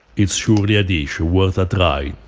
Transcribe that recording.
it's surely a dish worth a try,